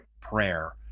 prayer